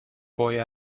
boy